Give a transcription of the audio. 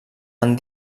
han